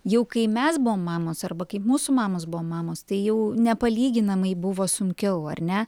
jau kai mes buvom mamos arba kaip mūsų mamos buvo mamos tai jau nepalyginamai buvo sunkiau ar ne